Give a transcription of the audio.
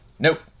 Nope